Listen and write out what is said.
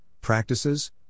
practices